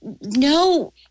no